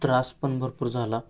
त्रास पण भरपूर झाला